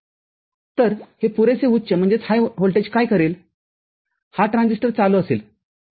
तर हे पुरेसे उच्च व्होल्टेज काय करेल हा ट्रान्झिस्टर चालू करेल ठीक आहे